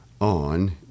on